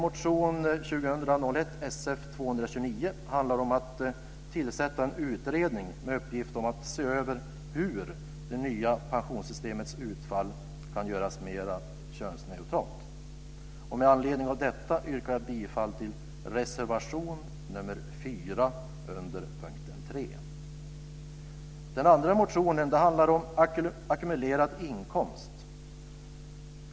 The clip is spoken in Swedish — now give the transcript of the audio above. Motion 2000/01:Sf229 handlar om att tillsätta en utredning med uppgift att se över hur det nya pensionssystemets utfall kan göras mer könsneutralt. Med anledning av detta yrkar jag bifall till reservation nr 4 under punkt 3. Den andra motionen handlar om ackumulerad inkomst.